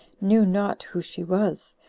knew not who she was,